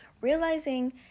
realizing